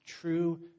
true